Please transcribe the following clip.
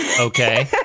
Okay